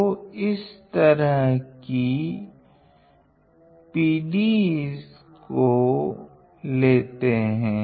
तो इस तरह कि PDE को लेते है